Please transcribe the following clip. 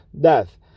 death